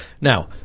Now